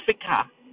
Africa